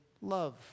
love